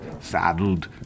saddled